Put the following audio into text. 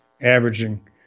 Averaging